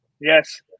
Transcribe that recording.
Yes